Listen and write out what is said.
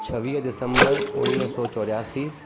छवीह दिसंबर उणिवीह सौ चोरासी